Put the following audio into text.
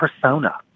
persona